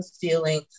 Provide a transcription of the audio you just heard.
feeling